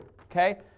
okay